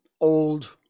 old